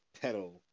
pedal